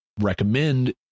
recommend